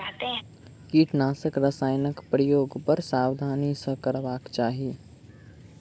कीटनाशक रसायनक प्रयोग बड़ सावधानी सॅ करबाक चाही